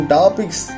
topics